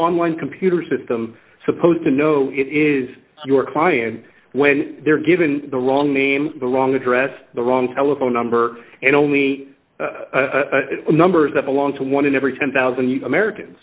one computer system supposed to know it is your client when they're given the wrong name the wrong address the wrong telephone number and only numbers that belong to one in every ten thousand americans